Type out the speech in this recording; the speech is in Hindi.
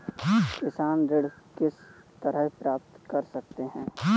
किसान ऋण किस तरह प्राप्त कर सकते हैं?